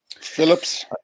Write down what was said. Phillips